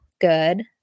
good